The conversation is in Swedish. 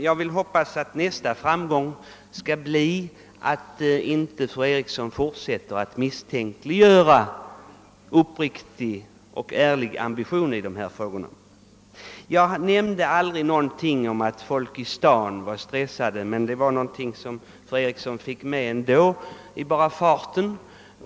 Jag vill hoppas att nästa framgång skall bli att fru Eriksson inte fortsätter att misstänkliggöra vår uppriktiga och ärliga ambition i dessa sammanhang. Jag nämnde aldrig något om att stadsmänniskorna var stressade, men dei fick fru Eriksson ändå med i sitt anförande av bara farten.